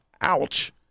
Ouch